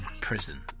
prison